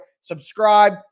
Subscribe